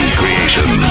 creation